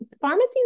pharmacy